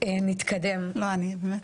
תודה עידית.